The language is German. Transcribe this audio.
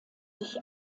sich